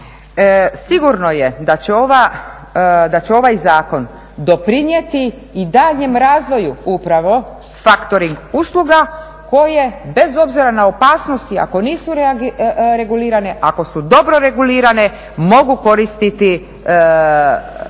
Sigurno je da će ovaj zakon doprinijeti i daljnjem razvoju upravo faktoring usluga koje bez obzira na opasnosti, ako nisu regulirane, ako su dobro regulirane mogu koristiti i